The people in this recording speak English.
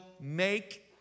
make